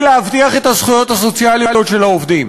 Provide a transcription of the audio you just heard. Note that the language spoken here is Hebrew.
להבטיח את הזכויות הסוציאליות של העובדים.